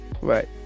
Right